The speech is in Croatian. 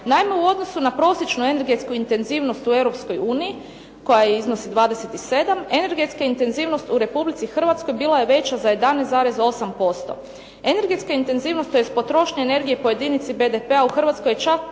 Naime, u odnosu na prosječnu energetsku intenzivnost u Europskoj uniji koja iznosi 27, energetska intenzivnost bila je veća za 11,8%. Energetska intenzivnost tj. potrošnja energije po jedinici BDP-a u Hrvatskoj je čak